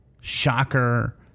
Shocker